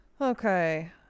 okay